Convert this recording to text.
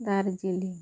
Darjeeling